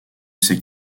s’est